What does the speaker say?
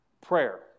Prayer